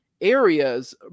areas